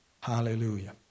Hallelujah